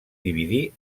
dividir